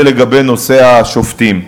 זה לגבי נושא השופטים.